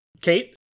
Kate